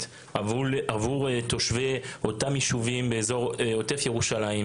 עבור תושבי אותם יישובים באזור עוטף ירושלים,